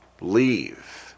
leave